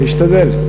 אני אשתדל.